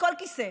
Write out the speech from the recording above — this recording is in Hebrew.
מכל כיסא,